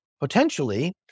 potentially